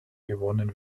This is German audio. gewonnen